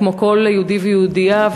כמו כל יהודי ויהודייה,